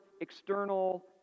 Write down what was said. external